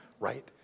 Right